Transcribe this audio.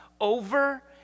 over